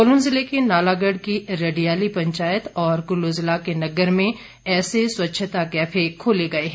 सोलन जिले के नालागढ़ की रडियाली पंचायत और कुल्लू जिला के नग्गर में ऐसे स्वच्छता कैफे खोले गए हैं